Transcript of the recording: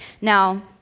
Now